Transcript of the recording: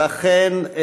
לכן,